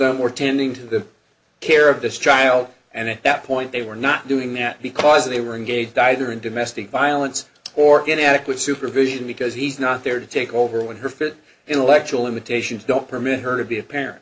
them were tending to the care of this child and at that point they were not doing that because they were engaged either in domestic violence or get adequate supervision because he's not there to take over when her fit intellectual invitations don't permit her to be a parent